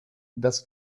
dass